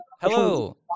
Hello